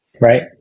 right